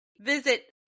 visit